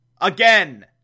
Again